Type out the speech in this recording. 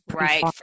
Right